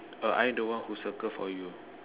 uh I am the one who circle for you